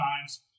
Times